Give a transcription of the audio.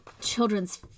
children's